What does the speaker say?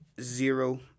Zero